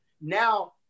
now